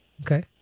Okay